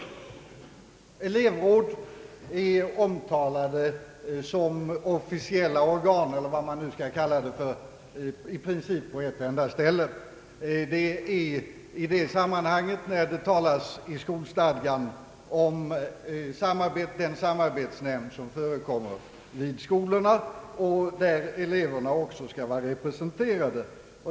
Elevråd är omtalade som officiella organ — eller vad man nu skall kalla det — i princip på ett enda ställe, nämligen i skolstadgan, i det sammanhang där man talar om de samarbetsnämnder som finns vid skolorna och där eleverna också skall vara representerade.